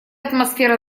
атмосфера